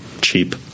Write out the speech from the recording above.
cheap